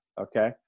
Okay